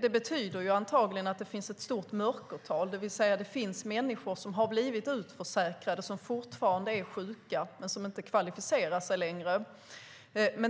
Det betyder antagligen att det finns ett stort mörkertal, det vill säga att det finns människor som har blivit utförsäkrade och som fortfarande är sjuka men som inte längre kvalificerar sig.